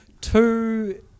two